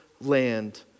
land